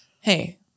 hey